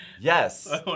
yes